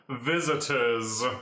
visitors